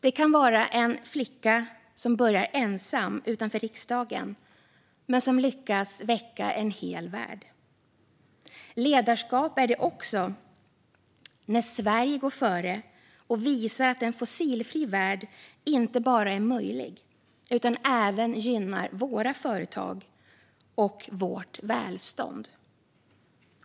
Det kan vara en flicka som börjar ensam utanför riksdagen men som lyckas väcka en hel värld. Ledarskap är det också när Sverige går före och visar att en fossilfri värld inte bara är möjlig utan även gynnar våra företag och vårt välstånd.